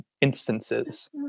instances